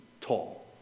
tall